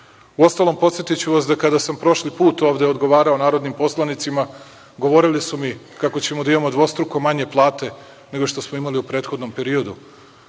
Uostalom, podsetiću vas, da kada sam prošli put odgovarao narodnim poslanicima, govorili su mi kako ćemo da imamo dvostruko manje plate nego što smo imali u prethodnom periodu.